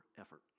effort